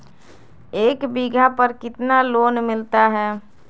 एक बीघा पर कितना लोन मिलता है?